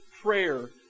prayer